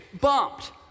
bumped